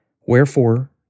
Wherefore